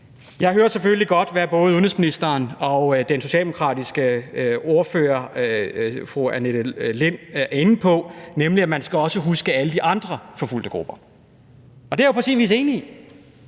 Jeg hører selvfølgelig godt, hvad både udenrigsministeren og den socialdemokratiske ordfører, fru Annette Lind, er inde på, nemlig at man også skal huske alle de andre forfulgte grupper. Og det er jeg jo på sin vis enig i.